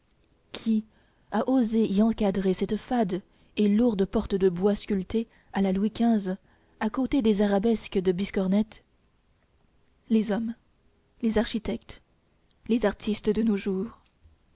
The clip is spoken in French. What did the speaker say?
qui a osé y encadrer cette fade et lourde porte de bois sculpté à la louis xv à côté des arabesques de biscornette les hommes les architectes les artistes de nos jours